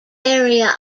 area